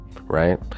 Right